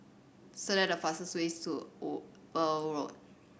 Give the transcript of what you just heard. select the fastest ways to Eber Road